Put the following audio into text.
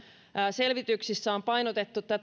selvityksissä on painotettu